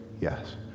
Yes